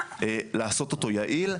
לעשות אותו יעיל,